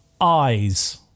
Eyes